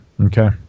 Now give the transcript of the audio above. okay